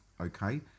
okay